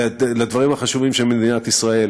לדברים החשובים של מדינת ישראל,